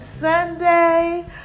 Sunday